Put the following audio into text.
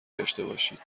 داشتهباشید